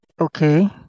okay